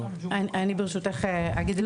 אני ברשותך אגיד את דבריי.